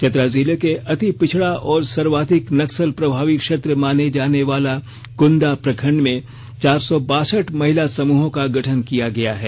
चतरा जिले के अति पिछड़ा और सर्वाधिक नक्सल प्रभावी क्षेत्र माने जाने वाला कुंदा प्रखंड में चार सौ बासठ महिला समूहों का गठन किया गया है